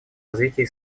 развитии